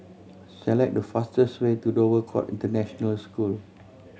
select the fastest way to Dover Court International School